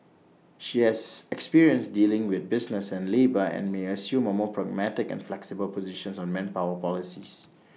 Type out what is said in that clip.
she has experience dealing with business and labour and may assume A more pragmatic and flexible position on manpower policies